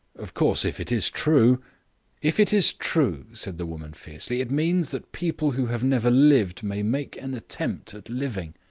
of course, if it is true if it is true, said the woman fiercely, it means that people who have never lived may make an attempt at living.